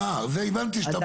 הבנתי שאתה בקיא.